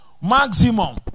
maximum